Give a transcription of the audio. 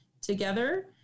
together